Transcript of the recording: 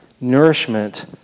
nourishment